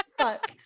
Fuck